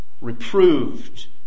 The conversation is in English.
reproved